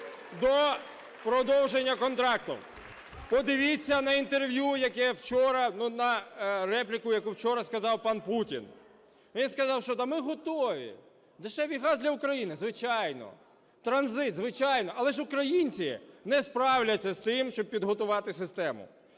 до продовження контракту . Подивіться на інтерв'ю, яке вчора, ну, на репліку, яку вчора сказав пан Путін. Він сказав: "Та ми готові. Дешевий газ для України? Звичайно. Транзит? Звичайно, але ж українці не справляться з тим, щоб підготувати систему".